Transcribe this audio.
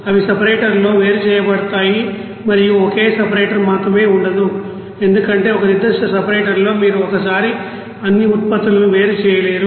అవి సెపరేటర్లో వేరు చేయబడతాయి మరియు ఒకే సెపరేటర్ మాత్రమే ఉండదు ఎందుకంటే ఒక నిర్దిష్ట సెపరేటర్లో మీరు ఒకేసారి అన్ని ఉత్పత్తులను వేరు చేయలేరు